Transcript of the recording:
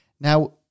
Now